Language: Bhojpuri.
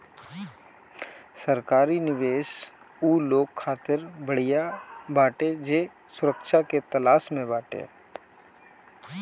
सरकारी निवेश उ लोग खातिर बढ़िया बाटे जे सुरक्षा के तलाश में बाटे